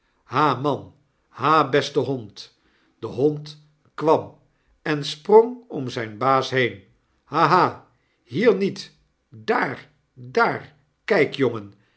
ha man ha beste hond de hond kwam en sprong om zyn baas heen ha ha hier niet dar divl kijk jongen